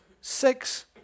six